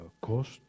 cost